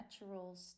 natural